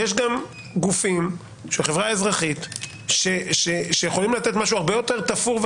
יש גופים של החברה האזרחית שיכולים לתת משהו הרבה יותר תפור.